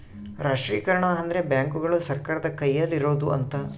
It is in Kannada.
ರಾಷ್ಟ್ರೀಕರಣ ಅಂದ್ರೆ ಬ್ಯಾಂಕುಗಳು ಸರ್ಕಾರದ ಕೈಯಲ್ಲಿರೋಡು ಅಂತ